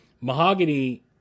Mahogany